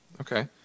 Okay